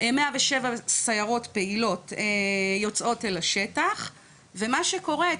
107 סיירות פעילות יוצאות אל השטח ומה שקורה את